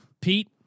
Pete